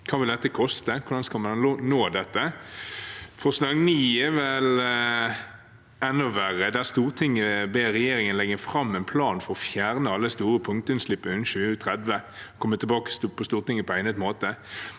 Hva vil dette koste, og hvordan skal man nå dette? Forslag nr. 9 er vel enda verre, der Stortinget skal be regjeringen «legge frem en plan for å fjerne alle store punktutslipp innen 2030, og komme tilbake til Stortinget på egnet måte».